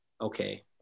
okay